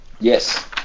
yes